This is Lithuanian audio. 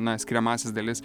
skiriamąsias dalis